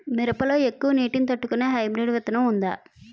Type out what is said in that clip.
మిరప లో ఎక్కువ నీటి ని తట్టుకునే హైబ్రిడ్ విత్తనం వుందా?